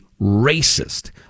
racist